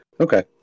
Okay